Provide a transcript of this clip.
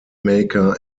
maker